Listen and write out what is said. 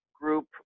group